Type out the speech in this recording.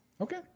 Okay